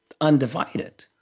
undivided